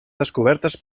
descobertes